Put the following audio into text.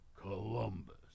Columbus